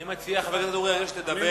אני מציע, חבר הכנסת אורי אריאל, שתדבר.